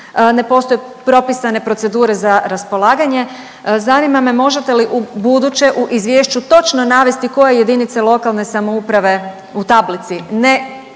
ne postoje propisane procedure za raspolaganje. Zanima me možete li ubuduće u izvješću točno navesti koje JLS u tablici